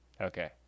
Okay